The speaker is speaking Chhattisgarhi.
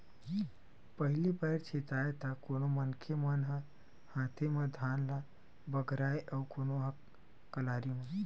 पहिली पैर छितय त कोनो मनखे मन ह हाते म धान ल बगराय अउ कोनो ह कलारी म